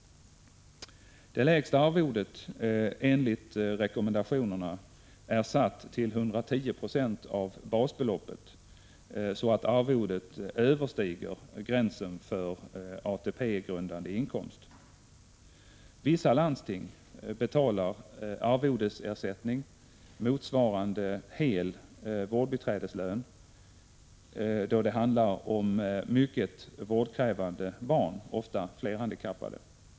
Det lägsta arvodet enligt rekommendationerna är satt till 110 90 av basbeloppet, så att arvodet överstiger gränsen för ATP-grundande inkomst. Vissa landsting betalar arvodesersättning motsvarande hel vårdbiträdeslön då det handlar om mycket vårdkrävande barn, ofta flerhandikappade.